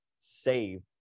save